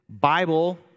Bible